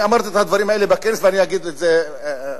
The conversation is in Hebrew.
אני אמרתי את הדברים האלה בכנס ואני אגיד את זה לאוזניך.